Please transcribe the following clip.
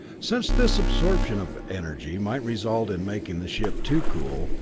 since this absorption of energy might result in making the ship too cool,